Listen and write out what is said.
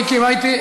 מיקי, מה איתי?